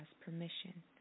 permission